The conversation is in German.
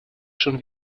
schon